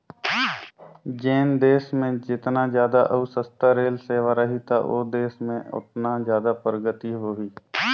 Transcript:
जेन देस मे जेतना जादा अउ सस्ता रेल सेवा रही त ओ देस में ओतनी जादा परगति होही